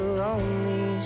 lonely